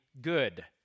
good